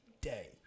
day